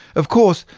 of course,